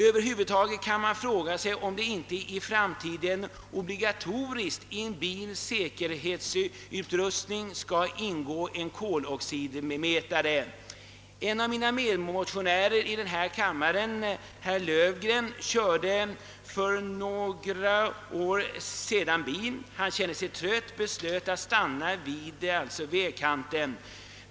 Över huvud taget kan man fråga sig, om det inte i framtiden obligatoriskt i en bils säkerhetsutrustning skall ingå en koloxidmätare. En av mina medmotionärer i denna kammare — herr Löfgren — körde för några år sedan bil. Han kände sig trött och beslöt att stanna vid vägkanten.